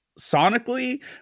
sonically